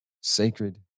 Sacred